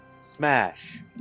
smash